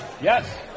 Yes